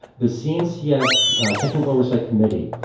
the cncf technical oversight committee,